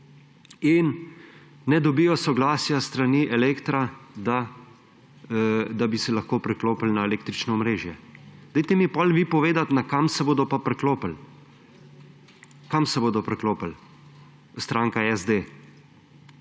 in ne dobijo soglasja s strani Elektra, da bi se lahko priklopili na električno omrežje. Potem mi vi povejte, kam se bodo pa priklopili. Kam se bodo priklopili, stranka SD?